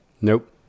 Nope